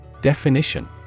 Definition